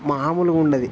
మాములుగా ఉండదు